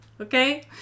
Okay